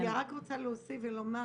אני רק רוצה להוסיף ולומר